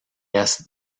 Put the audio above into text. est